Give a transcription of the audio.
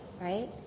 right